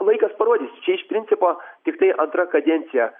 laikas parodys čia iš principo tiktai antra kadencija